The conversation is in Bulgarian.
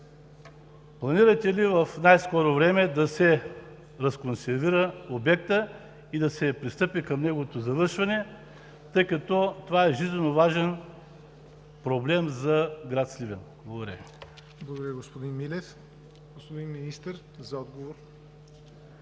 планирате ли в най-скоро време да се разконсервира обектът и да се пристъпи към неговото завършване, тъй като това е жизнено важен проблем за град Сливен? Благодаря. ПРЕДСЕДАТЕЛ ЯВОР НОТЕВ: Благодаря, господин Милев. Господин Министър, заповядайте